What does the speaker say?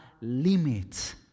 limits